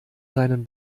seinen